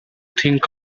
think